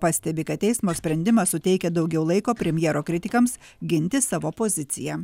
pastebi kad teismo sprendimas suteikia daugiau laiko premjero kritikams ginti savo poziciją